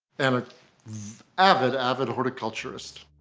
and a avid avid horticulturist.